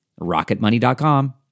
RocketMoney.com